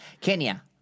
Kenya